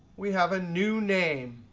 we have a new name.